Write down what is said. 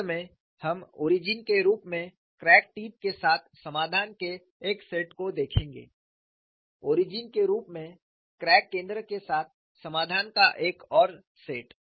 अंत में हम ओरिजिन के रूप में क्रैक टिप के साथ समाधान के एक सेट को देखेंगे ओरिजिन के रूप में क्रैक केंद्र के साथ समाधान का एक और सेट